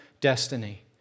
destiny